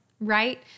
right